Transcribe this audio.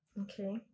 Okay